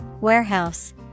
Warehouse